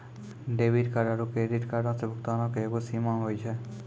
debit card आरू credit कार्डो से भुगतानो के एगो सीमा होय छै